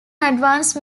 advance